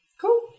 Cool